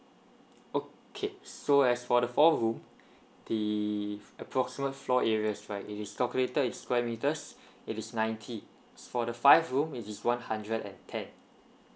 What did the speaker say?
okay so as for the four room the approximate floor areas right it is calculated in square meters it is ninety for the five room is one hundred and ten